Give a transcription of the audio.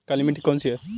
काली मिट्टी कौन सी है?